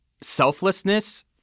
selflessness